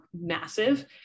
massive